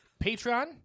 Patreon